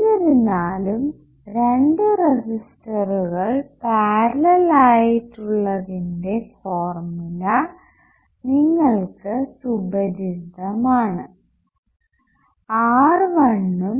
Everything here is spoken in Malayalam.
എന്നിരുന്നാലും രണ്ടു റെസിസ്റ്ററുകൾ പാരലൽ ആയിട്ടുള്ളതിന്റെ ഫോർമുല നിങ്ങൾക്ക് സുപരിചിതമാണ് R1 ഉം